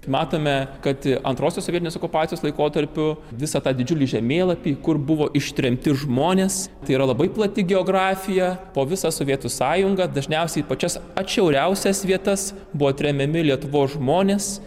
matome kad antrosios sovietinės okupacijos laikotarpiu visą tą didžiulį žemėlapį kur buvo ištremti žmonės tai yra labai plati geografija po visą sovietų sąjungą dažniausiai pačias atšiauriausias vietas buvo tremiami lietuvos žmonės